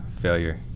failure